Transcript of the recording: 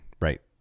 right